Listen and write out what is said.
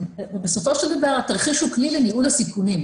בסופו של דבר, התרחיש הוא כלי לניהול הסיכונים.